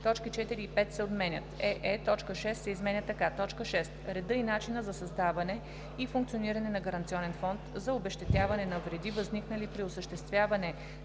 точки 4 и 5 се отменят; ее) точка 6 се изменя така: „6. реда и начина за създаване и функциониране на гаранционен фонд за обезщетяване на вреди, възникнали при осъществяване